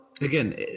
again